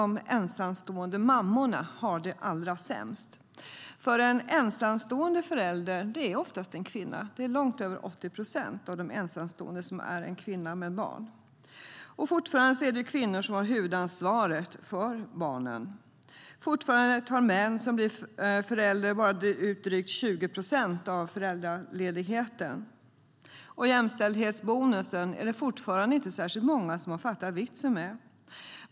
De ensamstående mammorna har det allra sämst. En ensamstående förälder är oftast en kvinna. Långt över 80 procent av de ensamstående föräldrarna är kvinnor. Det är kvinnorna som har huvudansvaret för barnen. Fortfarande tar män som blir föräldrar ut bara drygt 20 procent av föräldraledigheten. Jämställdhetsbonusen är det inte heller så många som har fattat vitsen med.